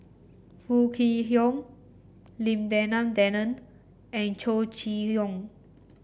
Foo Kwee Horng Lim Denan Denon and Chow Chee Yong